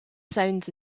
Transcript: sounds